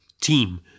team